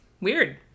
Weird